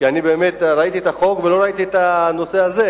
כי אני באמת ראיתי את החוק ולא ראיתי את הנושא הזה,